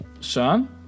Son